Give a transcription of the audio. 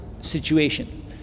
situation